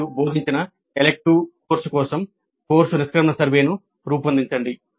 మీరు బోధించిన elective course కోసం కోర్సు నిష్క్రమణ సర్వేను రూపొందించండి